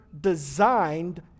designed